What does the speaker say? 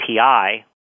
API